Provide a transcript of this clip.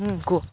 ହୁଁ କୁହ